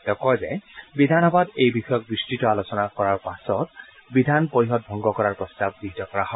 তেওঁ কয় যে বিধানসভাত এই বিষয়ত বিস্তুত আলোচনা কৰাৰ পাছত বিধান পৰিষদক ভংগ কৰাৰ প্ৰস্তাৱ গৃহীত কৰা হয়